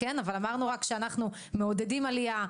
אבל אמרנו רק שאנחנו מעודדים עלייה.